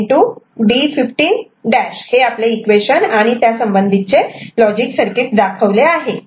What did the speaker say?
D15' हे आपले equation आणि आणि त्या संबंधित चे लॉजिक सर्किट दाखवले आहे